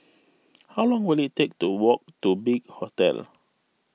how long will it take to walk to Big Hotel